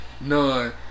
none